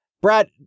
Brad